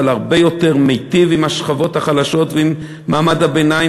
אבל הרבה יותר מיטיב עם השכבות החלשות ועם מעמד הביניים,